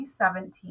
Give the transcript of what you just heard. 2017